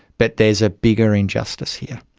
but there's a bigger injustice here.